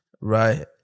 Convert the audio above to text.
Right